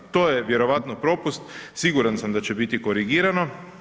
To je vjerojatno propust, siguran sam da će biti korigirano.